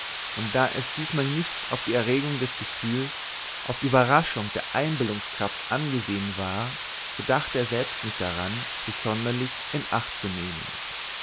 und da es diesmal nicht auf erregung des gefühls auf überraschung der einbildungskraft angesehen war so dachte er selbst nicht daran sich sonderlich in acht zu nehmen